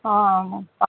অঁ